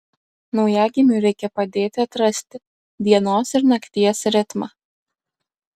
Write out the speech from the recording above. naujagimiui reikia padėti atrasti dienos ir nakties ritmą